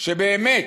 ובאמת